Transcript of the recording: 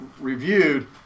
reviewed